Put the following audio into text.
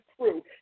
crew